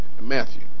Matthew